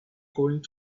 going